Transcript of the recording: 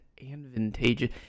advantageous